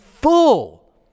full